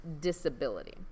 disability